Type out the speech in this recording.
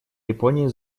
японии